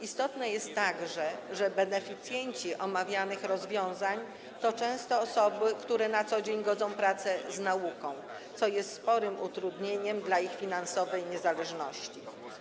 Istotne jest także, że beneficjenci omawianych rozwiązań to często osoby, które na co dzień godzą pracę z nauką, co bardzo utrudnia im osiągnięcie finansowej niezależności.